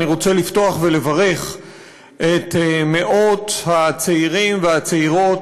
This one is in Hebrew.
אני רוצה לפתוח ולברך את מאות הצעירים והצעירות